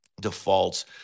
defaults